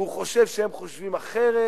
הוא חושב שהם חושבים אחרת.